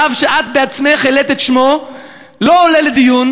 רב שאת עצמך העלית את שמו לא עולה לדיון,